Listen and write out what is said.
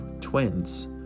twins